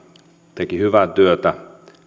teki hyvää työtä